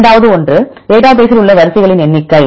இரண்டாவது ஒன்று டேட்டா பேசில் உள்ள வரிசைகளின் எண்ணிக்கை